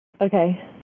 Okay